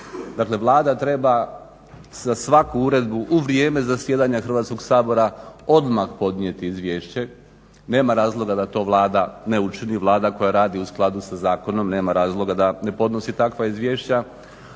Vlada treba svaku uredbu u vrijeme zasjedanja Hrvatskog sabora odmah podnijeti izvješće. Nema razloga da to Vlada ne učini, Vlada koja radi u skladu sa zakonom nema razloga da ne podnosi takva izvješća,